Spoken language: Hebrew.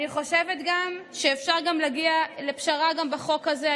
אני גם חושבת שאפשר להגיע לפשרה גם בחוק הזה,